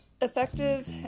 effective